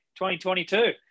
2022